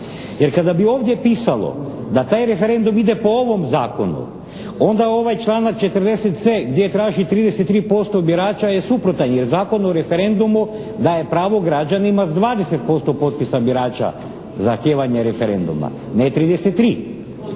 Jer kada bi ovdje pisalo da taj referendum ide po ovom zakonu onda ovaj članak 40.c gdje traži 33% birača je suprotan, jer Zakon o referendumu daje pravo građanima s 20% potpisa birača zahtijevanje referenduma, ne 33.